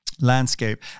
landscape